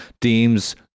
deems